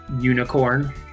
unicorn